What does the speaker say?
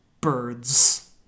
birds